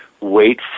wait